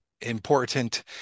important